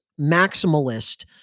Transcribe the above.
maximalist